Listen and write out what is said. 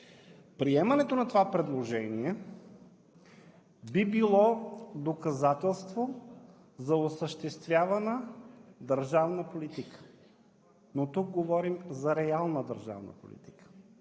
Приемането на това предложение би било доказателство за осъществявана държавна политика, но тук говорим за реална държавна политика.